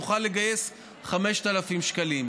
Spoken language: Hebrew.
תוכל לגייס 5,000 שקלים.